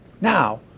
Now